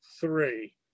three